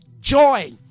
joy